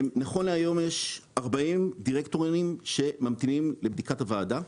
נכון להיום יש 40 דירקטורים שממתינים לבדיקת הוועדה,